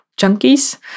junkies